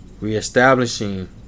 Reestablishing